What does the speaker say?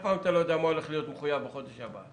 אף פעם אתה לא יודע מה הולך להיות מחויב בחודש הבא.